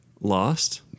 Lost